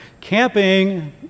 camping